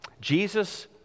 Jesus